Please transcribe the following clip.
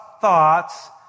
thoughts